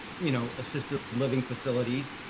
you know, assisted living facilities.